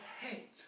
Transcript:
hate